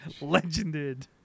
legended